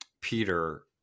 Peter